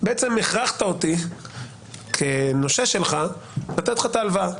בעצם הכרחת אותי כנושה שלך לתת לך את ההלוואה.